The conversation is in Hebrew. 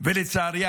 ולצערי הגדול,